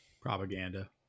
Propaganda